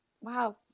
Wow